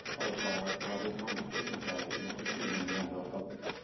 of of ah the library of congress cooking club, and a continuing member of it.